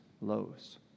lows